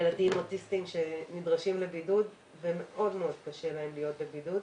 ילדים אוטיסטים שנדרשים לבידוד ומאוד מאוד קשה להם להיות בבידוד.